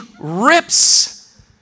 rips